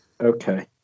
Okay